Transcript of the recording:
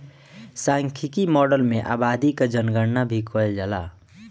सांख्यिकी माडल में आबादी कअ जनगणना भी कईल जाला